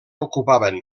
ocupaven